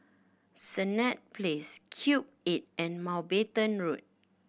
Senett Place Cube Eight and Mountbatten Road